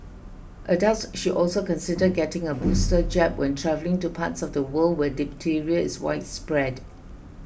adults should also consider getting a booster jab when travelling to parts of the world where diphtheria is widespread